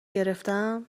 گرفتم